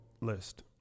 list